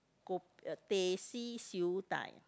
ko~ uh Teh C Siew Dai